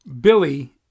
Billy